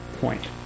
point